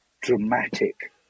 dramatic